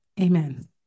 Amen